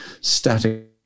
static